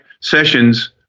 sessions